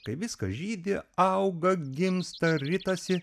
kai viskas žydi auga gimsta ritasi